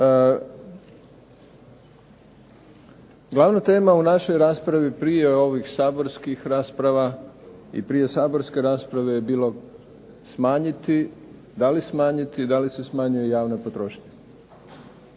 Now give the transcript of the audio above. Glavna tema u našoj raspravi prije ovih saborskih rasprava i prije saborske rasprave je bilo smanjiti, da li smanjiti, da li smanjuje javna potrošnja.